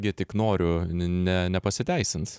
gi tik noriu ne nepasiteisins